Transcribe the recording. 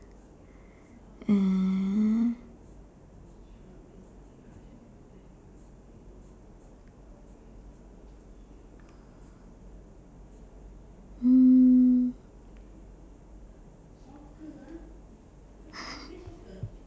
uh mm